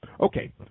Okay